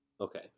Okay